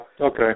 okay